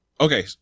okay